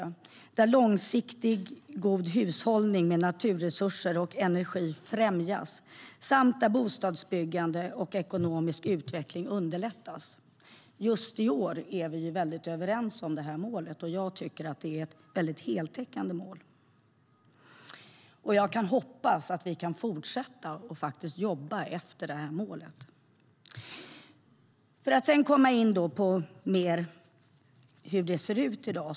Det ska vara en miljö där långsiktigt god hushållning med naturresurser och energi främjas samt där bostadsbyggande och ekonomisk utveckling underlättas. Just i år är vi överens om målet, och jag tycker att det är ett heltäckande mål. Jag hoppas också att vi kan fortsätta att jobba mot detta mål. Låt oss nu komma in på hur det ser ut i dag.